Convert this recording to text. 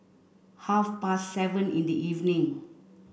half past seven in the evening